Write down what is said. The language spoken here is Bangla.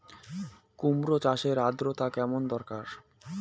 কুমড়ো চাষের আর্দ্রতা কেমন দরকার?